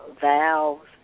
valves